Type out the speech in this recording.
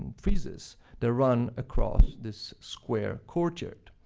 friezes that run across this square courtyard.